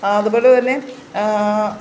അതുപോലെ തന്നെ